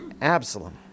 Absalom